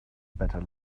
better